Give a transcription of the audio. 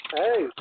hey